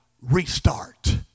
Restart